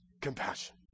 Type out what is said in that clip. Compassion